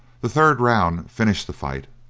the third round finished the fight.